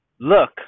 look